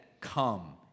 Come